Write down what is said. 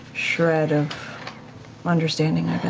shred of understanding,